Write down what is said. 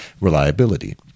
reliability